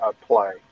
play